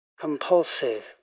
compulsive